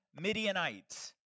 Midianites